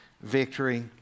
victory